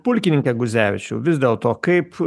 pulkininke guzevičiau vis dėlto kaip